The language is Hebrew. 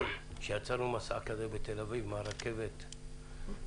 שיצאנו למסע כזה בתל אביב עם הרכבת התחתית,